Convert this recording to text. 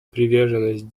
приверженность